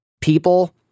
people